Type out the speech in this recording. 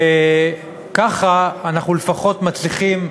וככה אנחנו לפחות מצליחים,